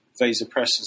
vasopressors